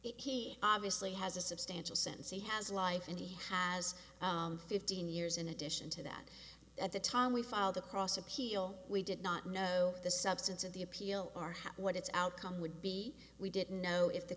he obviously has a substantial sense he has life in the has fifteen years in addition to that at the time we filed across appeal we did not know the substance of the appeal or what its outcome would be we didn't know if the